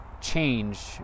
change